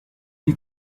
die